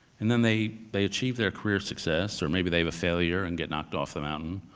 and then they they achieve their career success or maybe they have a failure and get knocked off the mountain,